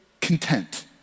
content